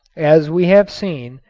as we have seen,